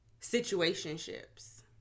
situationships